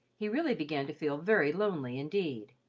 he really began to feel very lonely indeed.